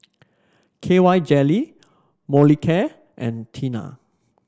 K Y Jelly Molicare and Tena